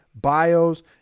bios